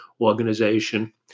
organization